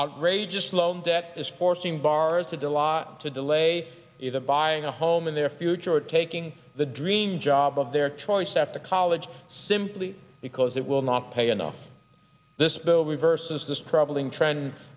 outrageous loan debt is forcing bars to do a lot to delay the buying a home in their future or taking the dream job of their choice after college simply because it will not pay enough this bill reverses this troubling trend